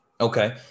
Okay